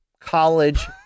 college